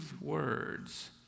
words